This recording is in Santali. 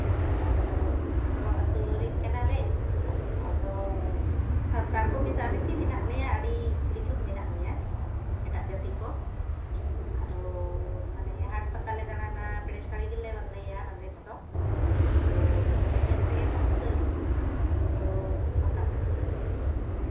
ᱟᱞᱮ ᱫᱚ ᱠᱷᱚᱠᱨᱚ ᱟᱹᱛᱩᱨᱮᱱ ᱠᱟᱱᱟᱞᱮ ᱟᱫᱚ ᱥᱟᱱᱛᱟᱲ ᱠᱚ ᱢᱮᱥᱟᱢᱮᱥᱤ ᱢᱮᱱᱟᱜ ᱞᱮᱭᱟ ᱟᱹᱰᱤ ᱠᱤᱪᱷᱩ ᱢᱮᱱᱟᱜ ᱞᱮᱭᱟ ᱮᱴᱟᱜ ᱡᱟᱹᱛᱤ ᱠᱚ ᱟᱫᱚ ᱢᱟᱱᱮ ᱦᱟᱴ ᱯᱟᱛᱟᱞᱮ ᱫᱟᱬᱟᱱᱟ ᱯᱮᱲᱮ ᱥᱟᱹᱲᱤ ᱜᱮᱞᱮ ᱵᱟᱸᱫᱮᱭᱟ ᱥᱟᱹᱲᱤ ᱠᱚᱫᱚ ᱟᱫᱚ ᱢᱟᱱᱮ ᱧᱮᱞ ᱛᱮᱜᱮ ᱠᱚ ᱴᱷᱤᱠᱟᱹ ᱞᱮᱭᱟ ᱱᱩᱠᱩ ᱫᱚ ᱥᱟᱱᱛᱟᱲ ᱠᱟᱱᱟ ᱠᱚ ᱢᱮᱱᱛᱮ